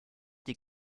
die